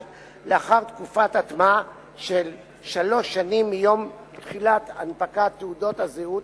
לאחר תקופת הטמעה של שלוש שנים מיום תחילת הנפקת תעודות הזהות